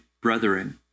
brethren